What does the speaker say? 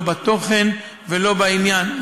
לא בתוכן ולא בעניין,